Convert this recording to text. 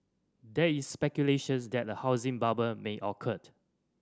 there is speculation that a housing bubble may occurred